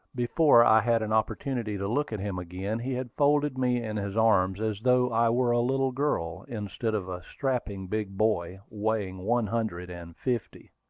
before i had an opportunity to look at him again, he had folded me in his arms as though i were a little girl, instead of a strapping big boy, weighing one hundred and fifty.